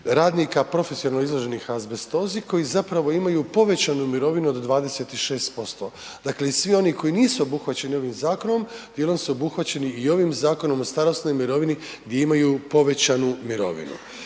radnika profesionalno izloženih azbestozi koji zapravo imaju povećanu mirovinu od 26%, dakle i svi oni koji nisu obuhvaćeni ovim zakonom, dijelom su obuhvaćeni i ovim Zakonom o starosnoj mirovini gdje imaju povećanu mirovinu.